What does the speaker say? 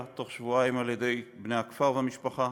בתוך שבועיים על-ידי בני הכפר והמשפחה.